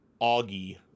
Augie